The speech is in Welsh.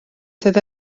doedd